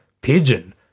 pigeon